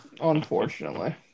Unfortunately